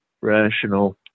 rational